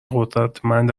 قدرتمند